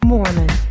Mormon